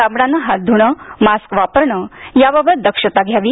साबणाने हात धुणं मास्क वापरणं याबाबत दक्षता घ्यावी